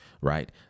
Right